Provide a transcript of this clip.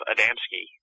Adamski